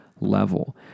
level